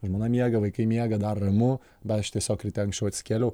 žmona miega vaikai miega dar ramu bet aš tiesiog ryte anksčiau atsikėliau